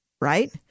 right